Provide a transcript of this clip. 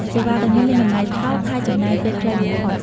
សេវាទាំងនេះមានតម្លៃថោកហើយចំណាយពេលខ្លីបំផុត។